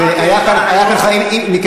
שמעתי אותך מפה.